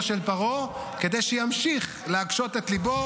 של פרעה כדי שימשיך להקשות את ליבו,